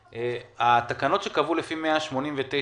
כמה מכשירים היו כאשר נקבעו תקנות לפי 189,000?